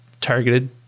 targeted